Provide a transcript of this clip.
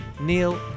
Neil